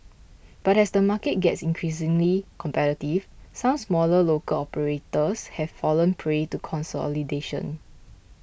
but as the market gets increasingly competitive some smaller local operators have fallen prey to consolidation